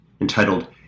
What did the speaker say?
entitled